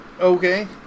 Okay